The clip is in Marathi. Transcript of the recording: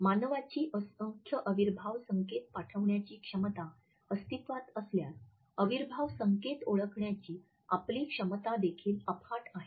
मानवाची असंख्य अविर्भाव संकेत पाठविण्याची क्षमता अस्तित्त्वात असल्यास अविर्भाव संकेत ओळखण्याची आपली क्षमता देखील अफाट आहे